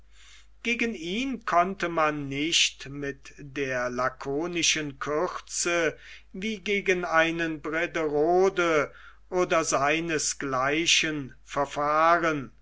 gegen ihn konnte man nicht mit der lakonischen kürze wie gegen einen brederode oder seinesgleichen verfahren